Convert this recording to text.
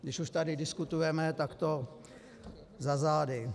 Když už tady diskutujeme takto za zády.